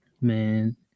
man